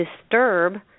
disturb